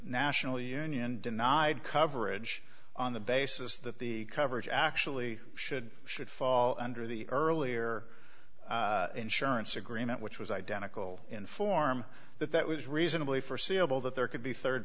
national union denied coverage on the basis that the coverage actually should should fall under the earlier insurance agreement which was identical in form that that was reasonably forseeable that there could be third